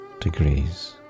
degrees